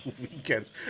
weekends